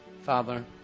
Father